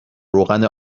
روغن